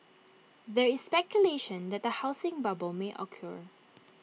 there is speculation that A housing bubble may occur